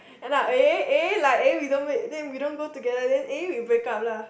end up eh eh like eh we don't wait we don't go together then we break up lah